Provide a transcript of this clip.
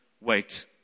wait